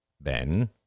Ben